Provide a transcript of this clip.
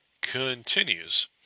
continues